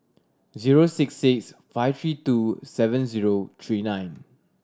zero six six five three two seven zero three nine